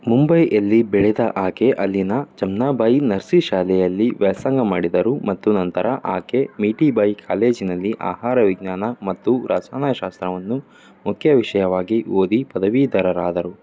ಮುಂಬೈಯಲ್ಲಿ ಬೆಳೆದ ಆಕೆ ಅಲ್ಲಿನ ಜಮ್ನಾಬಾಯಿ ನರ್ಸೀ ಶಾಲೆಯಲ್ಲಿ ವ್ಯಾಸಂಗ ಮಾಡಿದರು ಮತ್ತು ನಂತರ ಆಕೆ ಮಿಠಿಬಾಯಿ ಕಾಲೇಜಿನಲ್ಲಿ ಆಹಾರ ವಿಜ್ಞಾನ ಮತ್ತು ರಸಾಯನಶಾಸ್ತ್ರವನ್ನು ಮುಖ್ಯ ವಿಷಯವಾಗಿ ಓದಿ ಪದವೀಧರರಾದರು